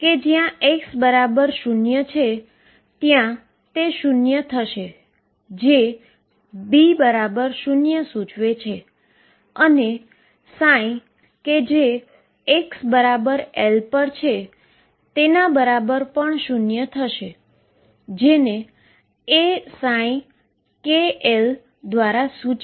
આ xe mω2ℏx2 છે અને ગ્રાઉન્ડ સ્ટેટ ના વેવ ફંક્શન સાથે જો સરખામણી કરો તો તમે જોઈ શકો છો કે આનાથી વધારે મોટા ટૂંકા વળાંક ધરાવતુ ટૂંકુ છે